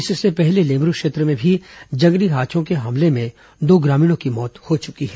इससे पहले लेमरू क्षेत्र में भी जंगली हाथियों के हमले में दो ग्रामीणों की मौत हो चुकी है